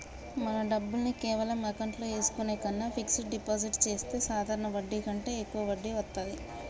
మన డబ్బుల్ని కేవలం అకౌంట్లో ఏసుకునే కన్నా ఫిక్సడ్ డిపాజిట్ చెత్తే సాధారణ వడ్డీ కంటే యెక్కువ వడ్డీ వత్తాది